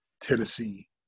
Tennessee